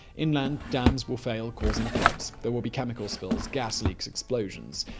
inland, dams will fail, causing floods. there will be chemical spills, gas leaks, explosions.